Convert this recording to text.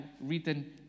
written